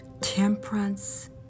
temperance